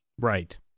Right